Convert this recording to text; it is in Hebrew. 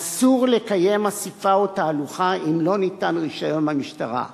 אסור לקיים אספה או תהלוכה אם לא ניתן רשיון מהמשטרה,